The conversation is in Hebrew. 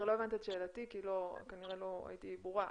לא הבנת את שאלתי כי כנראה לא הייתי ברורה.